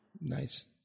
Nice